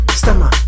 stammer